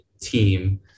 team